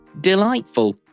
delightful